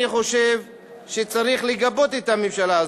אני חושב שצריך לגבות את הממשלה הזאת,